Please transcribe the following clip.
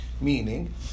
Meaning